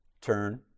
turn